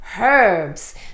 herbs